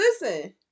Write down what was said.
listen